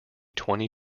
twenty